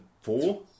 four